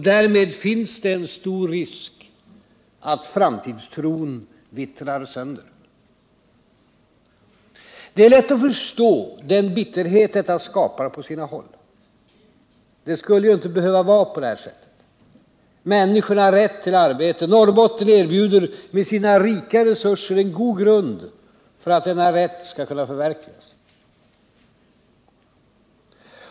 Därmed finns det en stor risk för att framtidstron vittrar sönder. Det är lätt att förstå den bitterhet som detta skapar på sina håll. Det skulle ju inte behöva vara på det sättet. Människorna har rätt till arbete. Norrbotten erbjuder med sina rika resurser en god grund för att denna rätt skall kunna förverkligas.